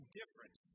different